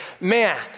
man